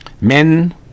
men